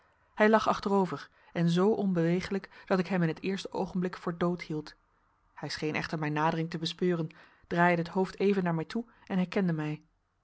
hij lag achterover en zoo onbeweeglijk dat ik hem in het eerste oogenblik voor dood hield hij scheen echter mijn nadering te bespeuren draaide het hoofd even naar mij toe en herkende mij